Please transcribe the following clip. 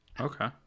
Okay